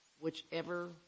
whichever